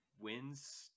wins